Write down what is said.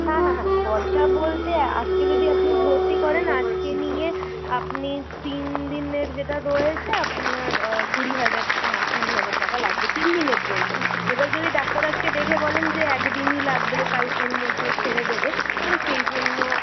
হ্যাঁ হ্যাঁ হ্যাঁ খরচা বলতে আজকে যদি আপনি ভর্তি করেন আজকে নিয়ে আপনি তিন দিনের যেটা রয়েছে আপনার কুড়ি হাজার হ্যাঁ কুড়ি হাজার টাকা লাগবে তিন দিনের জন্য এবার যদি ডাক্তার আজকে দেখে বলেন যে এক দিনই লাগবে কালকের মধ্যে ছেড়ে দেবে তালে সেই জন্য